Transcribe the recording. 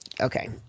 Okay